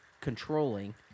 controlling